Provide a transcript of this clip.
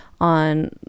on